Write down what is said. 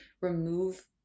remove